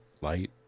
light